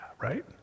right